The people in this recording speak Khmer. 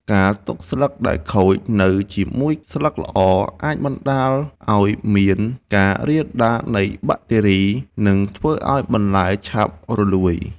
ការទុកស្លឹកដែលខូចនៅជាមួយស្លឹកល្អអាចបណ្តាលឱ្យមានការរាលដាលនៃបាក់តេរី និងធ្វើឱ្យបន្លែឆាប់រលួយ។